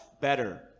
better